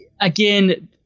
again